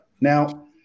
Now